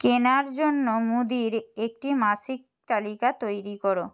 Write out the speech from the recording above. কেনার জন্য মুদির একটি মাসিক তালিকা তৈরি করো